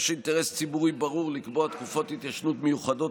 יש אינטרס ציבורי ברור לקבוע תקופות התיישנות מיוחדות